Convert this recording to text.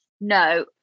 No